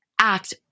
act